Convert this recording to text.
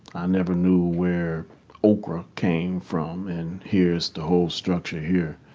i never knew where okra came from and here's the whole structure here.